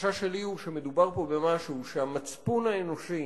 החשש שלי שמדובר במשהו שהמצפון האנושי